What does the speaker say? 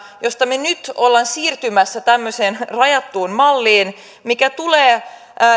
josta me nyt olemme siirtymässä tämmöiseen rajattuun malliin mikä tulee